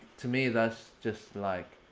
to me, that's just. like.